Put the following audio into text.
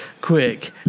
quick